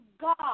God